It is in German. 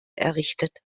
errichtet